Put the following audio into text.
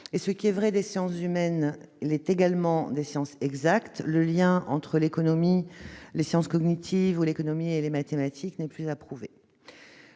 Ce qui est vrai des sciences humaines l'est également des sciences exactes, le lien entre l'économie, les sciences cognitives ou les mathématiques n'étant plus à prouver.